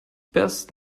best